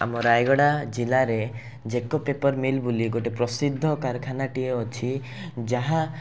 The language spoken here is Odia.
ଆମ ରାୟଗଡ଼ା ଜିଲ୍ଲାରେ ଜେ କେ ପେପର ମିଲ୍ ବୋଲି ପ୍ରସିଦ୍ଧ କାରଖାନାଟିଏ ଅଛି ଯାହା